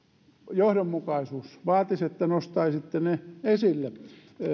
johdonmukaisuus vaatisi että nostaisitte ne esille